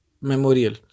Memorial